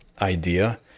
idea